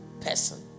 person